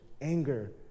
anger